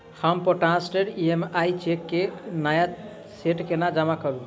हम postdated EMI cheque केँ नया सेट केना जमा करू?